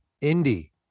Indy